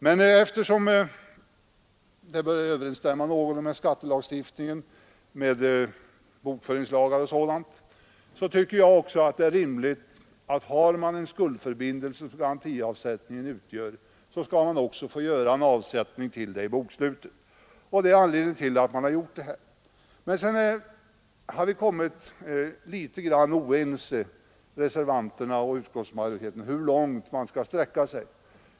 Men eftersom skattelagarna bör någorlunda överensstämma med bokföringslagar och sådant är det rimligt att man, om man har en skuldförbindelse, också skall få göra avsättning för den i bokslutet. Det är anledningen till att vi föreslår detta. Sedan har utskottsmajoriteten och reservanterna blivit något oense om hur långt man skall sträcka sig.